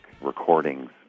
recordings